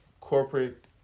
corporate